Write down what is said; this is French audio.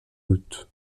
août